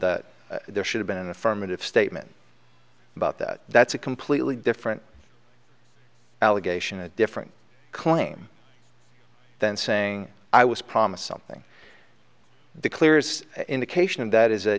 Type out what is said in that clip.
that there should have been an affirmative statement about that that's a completely different allegation a different claim than saying i was promised something the clearest indication of that is